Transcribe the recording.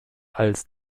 als